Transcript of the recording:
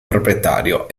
proprietario